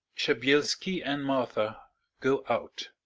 shabelski, and martha go out.